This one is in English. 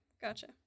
gotcha